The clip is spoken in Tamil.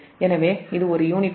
எனவே இது ஒரு யூனிட்டுக்கு x2j 0